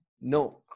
No